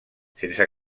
sense